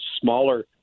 smaller